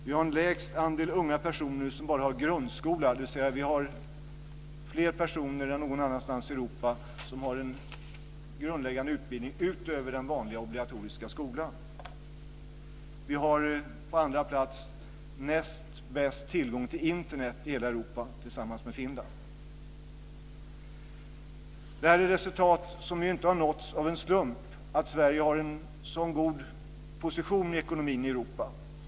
Vi har den lägsta andelen personer som bara har grundskoleutbildning, dvs. vi har fler personer än man har någon annanstans i Europa som har en grundläggande utbildning utöver den vanliga obligatoriska skolan. Vi har näst bäst tillgång till Internet i hela Europa tillsammans med Finland. Det här är resultat som inte har nåtts av en slump. Det är inte en slump att Sverige har en så god position i ekonomin i Europa.